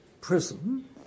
prison